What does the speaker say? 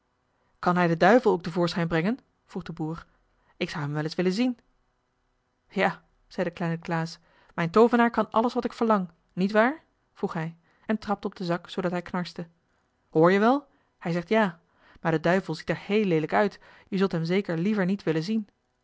kan hij den duivel ook te voorschijn brengen vroeg de boer ik zou hem wel eens willen zien ja zei de kleine klaas mijn toovenaar kan alles wat ik verlang niet waar vroeg hij en trapte op den zak zoodat hij knarste hoor je wel hij zegt ja maar de duivel ziet er heel leelijk uit je zult hem zeker liever niet willen zien